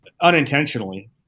Unintentionally